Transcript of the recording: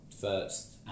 first